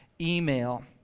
email